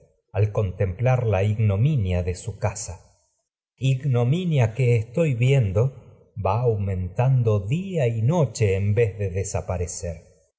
al contemplar estoy ignominia de su casa y ignominia en que viendo va aumentando día noche la vez de desaparecer